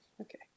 Okay